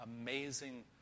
amazing